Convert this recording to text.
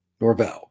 Norvell